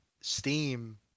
steam